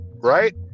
right